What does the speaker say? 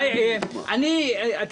תודה.